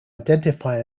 identify